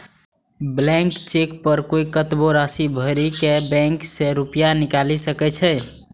blank cheque पर कोइ कतबो राशि भरि के बैंक सं रुपैया निकालि सकै छै